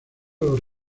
los